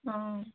অঁ